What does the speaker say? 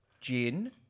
gin